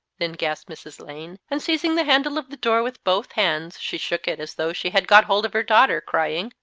then gasped mrs. lane and, seizing the handle of the door with both hands, she shook it as though she had got hold of her daughter, crying,